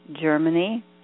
Germany